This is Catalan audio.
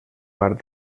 part